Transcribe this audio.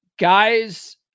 Guys